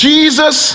Jesus